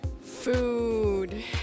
Food